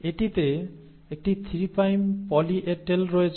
এটিতে একটি 3 prime poly A tail রয়েছে